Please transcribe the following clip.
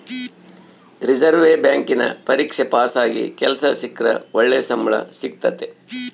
reserve ಬ್ಯಾಂಕಿನ ಪರೀಕ್ಷೆಗ ಪಾಸಾಗಿ ಕೆಲ್ಸ ಸಿಕ್ರ ಒಳ್ಳೆ ಸಂಬಳ ಸಿಕ್ತತತೆ